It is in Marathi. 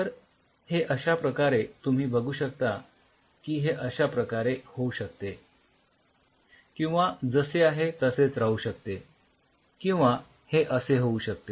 तर हे अश्याप्रकारे तुम्ही बघू शकता की हे अश्या प्रकारे होऊ शकते किंवा जसे आहे तसेच राहू शकते किंवा हे असे होऊ शकते